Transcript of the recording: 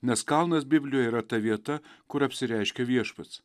nes kalnas biblijoj yra ta vieta kur apsireiškia viešpats